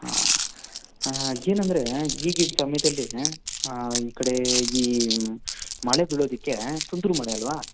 ಹಾಂ ಏನಂದರೆ ಈಗಿದ್ದ ಸಮಯದಲ್ಲಿ ಈ ಕಡೆ ಈ ಮಳೆ ಬೀಳೋದಕ್ಕೆ ತುಂತುರು ಮಳೆ ಅಲ್ವಾ